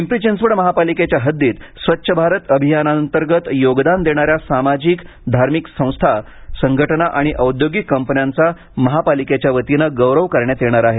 पिंपरी चिंचवड महापालिकेच्या हद्दीत स्वच्छ भारत अभियानांतर्गत योगदान देणाऱ्या सामाजिक धार्मिक संस्था संघटना आणि औद्योगिक कंपन्यांचा महापालिकेच्या वतीनं गौरव करण्यात येणार आहे